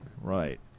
Right